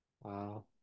Wow